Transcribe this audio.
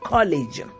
College